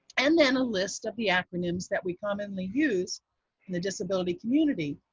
and then a list of the acronyms that we commonly use in the disability community.